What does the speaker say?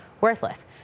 Worthless